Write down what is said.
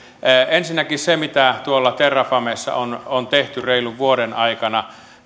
ensinnäkin sitä mitä tuolla terrafamessa on on tehty reilun vuoden aikana